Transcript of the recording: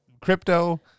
Crypto